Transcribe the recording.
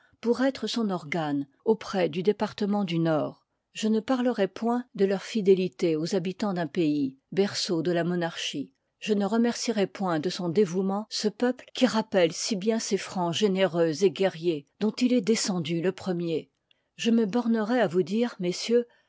pour être son n organe auprès du département du nord n je ne parlerai point de leur fidélité aux habitans d'un pays berceau de la mo ii part narchie je ne remercierai point de son liv i dévouement ce peuple qui rappelle si bien ces francs généreux et guerriers dont il est descendu le premier je me bornerai à vous dire messieurs